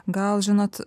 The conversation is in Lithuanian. gal žinot